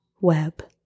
web